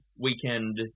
weekend